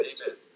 Amen